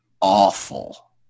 awful